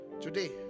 Today